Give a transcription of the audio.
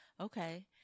okay